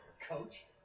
coach